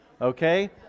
Okay